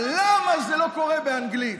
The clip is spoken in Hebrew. על למה זה לא קורה באנגלית.